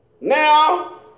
Now